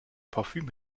parfüm